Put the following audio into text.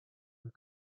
were